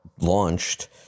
launched